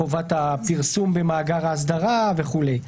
חובת הפרסום במאגר האסדרה וכולי.